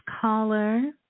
caller